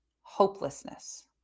hopelessness